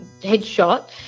headshot